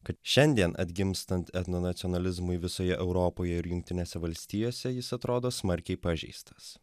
kad šiandien atgimstant etnonacionalizmui visoje europoje ir jungtinėse valstijose jis atrodo smarkiai pažeistas